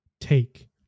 Take